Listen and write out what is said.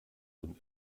und